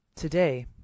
Today